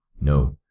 No